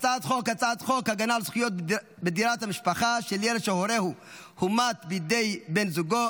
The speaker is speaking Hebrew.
הצעת חוק הגנה על זכויות בדירת המשפחה של ילד שהורהו הומת בידי בן זוגו,